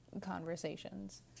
conversations